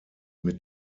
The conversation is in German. mit